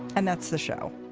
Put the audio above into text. and that's the show.